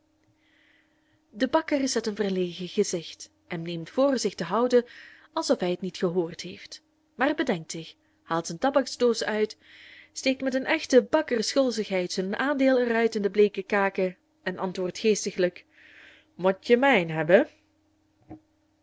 de bakker zet een verlegen gezicht en neemt voor zich te houden als of hij het niet gehoord heeft maar bedenkt zich haalt zijn tabaksdoos uit steekt met een echte bakkersgulzigheid zijn aandeel er uit in de bleeke kaken en antwoordt geestiglijk motje mijn hebben